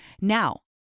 Now